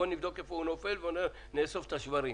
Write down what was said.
יבדקו איפה הוא נפל ויאספו את השברים.